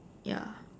ya